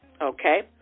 okay